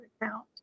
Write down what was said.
account